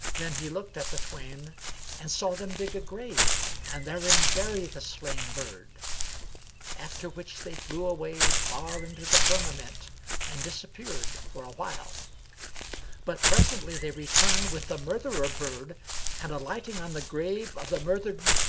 then he looked at the twain and saw them dig a grave and therein bury the slain bird after which they flew away far into the firmament and disappeared for a while but presently they returned with the murtherer-bird and, alighting on the grave of the murthered,